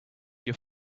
your